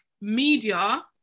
media